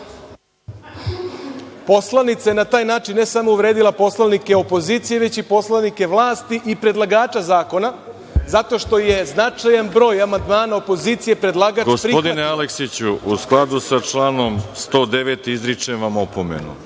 Poslanica je na taj način ne samo uvredila poslanike opozicije, već i poslanike vlasti i predlagača zakona zato što je značajan broj amandmana opozicije predlagač… **Veroljub Arsić** Gospodine Aleksiću, u skladu sa članom 109. izričem vam opomenu.(Milorad